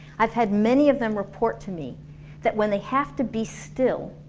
i've had many of them report to me that when they have to be still